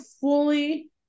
fully